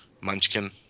munchkin